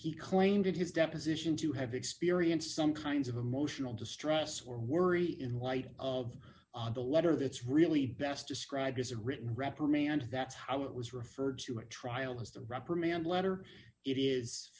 he claimed in his deposition to have experienced some kinds of emotional distress or worry in light of the letter that's really best described as a written reprimand that's how it was referred to a trial is the reprimand letter it is